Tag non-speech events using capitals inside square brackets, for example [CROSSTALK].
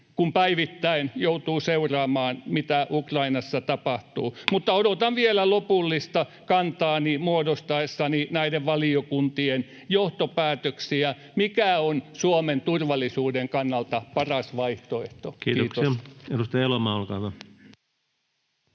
kun päivittäin joutuu seuraamaan, mitä Ukrainassa tapahtuu, [NOISE] mutta odotan vielä lopullista kantaani muodostaessani näiden valiokuntien johtopäätöksiä siitä, mikä on Suomen turvallisuuden kannalta paras vaihtoehto. — Kiitos. Kiitoksia. — Edustaja Elomaa, olkaa hyvä.